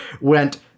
went